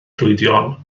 llwydion